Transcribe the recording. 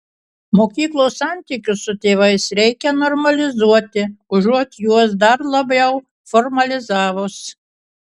mokyklos santykius su tėvais reikia normalizuoti užuot juos dar labiau formalizavus